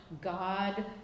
God